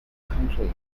countries